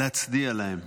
להצדיע להם.